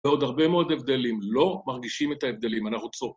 ‫ועוד הרבה מאוד הבדלים. ‫לא מרגישים את ההבדלים, אנחנו צועקים.